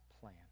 plan